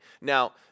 Now